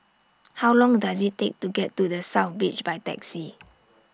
How Long Does IT Take to get to The South Beach By Taxi